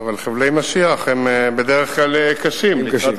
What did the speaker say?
אבל בדרך כלל חבלי משיח הם קשים, הם קשים.